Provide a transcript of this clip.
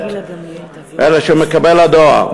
אלא שהוא מקבל לדואר.